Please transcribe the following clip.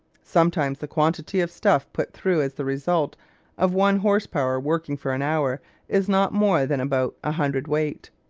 sometimes the quantity of stuff put through as the result of one horse-power working for an hour is not more than about a hundredweight.